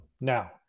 Now